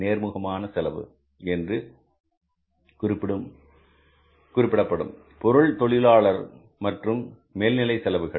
நேர்முகமான செலவு என்று குறிப்பிடப்படும் பொருள் தொழிலாளர் மற்றும் மேல்நிலை செலவுகள்